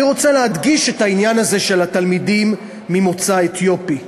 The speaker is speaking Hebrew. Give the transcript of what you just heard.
אני רוצה להדגיש את העניין הזה של התלמידים ממוצא אתיופי.